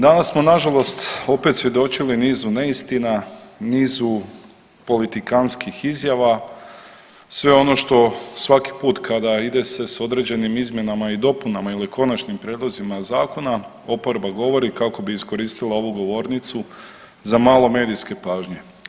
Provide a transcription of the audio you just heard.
Danas smo nažalost opet svjedočili nizu neistina, nizu politikantskih izjava sve ono što svaki put kada ide se s određenim izmjenama i dopunama ili konačnim prijedlozima zakona oporba govori kako bi iskoristila ovu govornicu za malo medijske pažnje.